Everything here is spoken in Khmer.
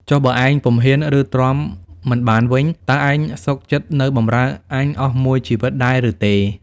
ចុះបើឯង ពុំហ៊ាន ឬ ទ្រាំមិនបានវិញ តើឯងសុខចិត្តនៅបម្រើអញអស់មួយជីវិតដែរឬទេ?។